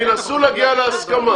--- ינסו להגיע להסכמה.